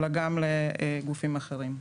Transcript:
אלא גם לגופים אחרים.